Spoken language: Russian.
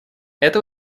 это